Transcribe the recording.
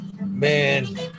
man